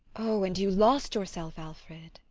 oh, and you lost yourself, alfred!